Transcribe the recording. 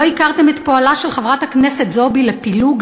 לא הכרתם את פועלה של חברת הכנסת זועבי לפילוג,